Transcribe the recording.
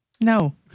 No